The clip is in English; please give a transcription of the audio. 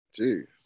Jeez